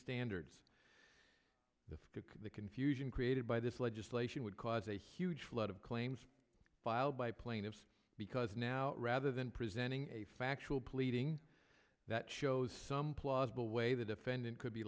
standards the confusion created by this legislation would cause a huge flood of claims filed by plaintiffs because now rather than presenting a factual pleading that shows some plausible way the defendant could be